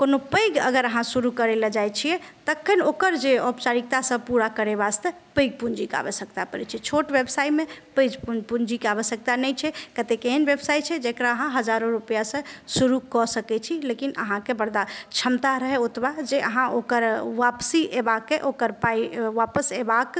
कोनो पैघ अगर अहाँ शुरू करय लए जाइ छियै तखन ओकर जे औपचारिकता सब पूरा करय वास्ते पैघ पूँजीके आवश्यकता पड़य छै छोट व्यवसायमे पैघ पूँजीके आवश्यकता नहि छै कतेक एहन व्यवसाय छै जकरा अहाँ हजारो रुपैयाासँ शुरू कऽ सकय छी लेकिन अहाँके बरदा क्षमता रहय ओतबा जे अहाँ ओकर वापसी एबाके ओकर पाइ वापस एबाक